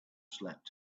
slept